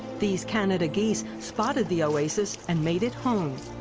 these canada geese spotted the oasis and made it home!